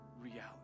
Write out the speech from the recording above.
reality